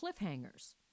cliffhangers